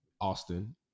Austin